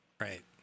Right